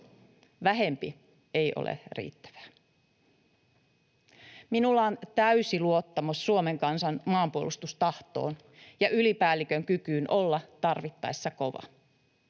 Vähempi ei ole riittävää. Minulla on täysi luottamus Suomen kansan maanpuolustustahtoon ja ylipäällikön kykyyn olla tarvittaessa kova.